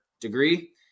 degree